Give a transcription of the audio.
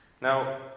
Now